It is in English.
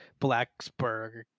Blacksburg